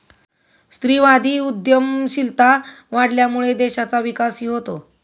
स्त्रीवादी उद्यमशीलता वाढल्यामुळे देशाचा विकासही होतो